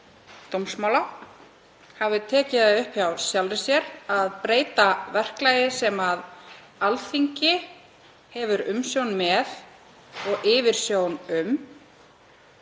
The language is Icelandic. dómsmála, hafi tekið það upp hjá sjálfri sér að breyta verklagi sem Alþingi hefur umsjón með sýnir